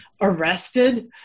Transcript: arrested